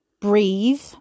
breathe